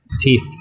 teeth